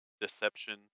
Deception